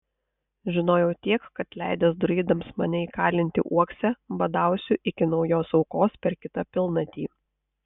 žinojau tiek kad leidęs druidams mane įkalinti uokse badausiu iki naujos aukos per kitą pilnatį